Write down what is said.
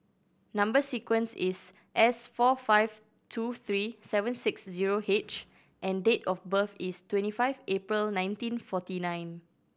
number sequence is S four five two three seven six zero H and date of birth is twenty five April nineteen forty nine